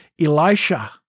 Elisha